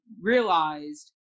realized